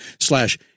slash